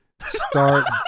Start